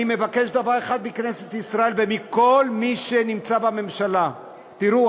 אני מבקש דבר אחד מכנסת ישראל ומכל מי שנמצא בממשלה: תראו,